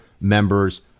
members